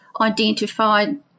identified